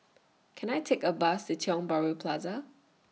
Can I Take A Bus The Tiong Bahru Plaza